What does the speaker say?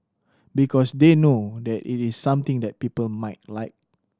because they know that it is something that people might like